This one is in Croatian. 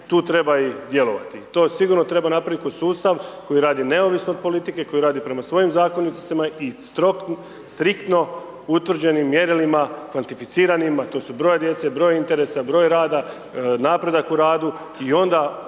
tu treba i djelovati. I to sigurno napraviti kroz sustav koji radi neovisno od politike, koji radi prema svojim zakonitostima i striktno utvrđenim mjerilima, kvantificiranim a to su broj djece, broj interesa, broj rada, napredak u radu i onda apsolutno